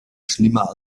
schlimmer